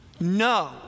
No